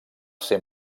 ser